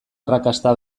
arrakasta